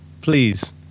Please